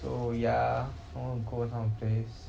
so ya I wanna go this kind of place